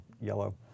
yellow